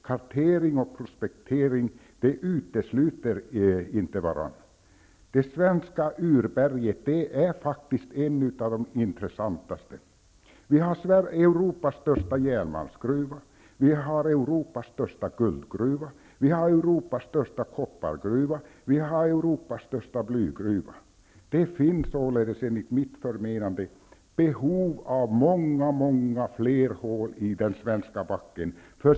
Kartering och prospektering utesluter inte varandra. Det svenska urberget är mycket intressant. I Sverige finns Europas största järnmalmsgruva, guldgruva, koppargruva och blygruva. Det finns således, enligt mitt förmenande, behov av många fler hål i den svenska backen.